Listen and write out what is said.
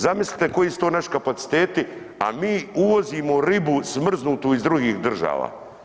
Zamislite koji su to naši kapaciteti, a mi uvozimo ribu smrznutu iz drugih država.